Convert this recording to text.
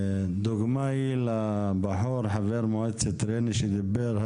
דוגמה היא לבחור, חבר מועצת ריינה, שדיבר,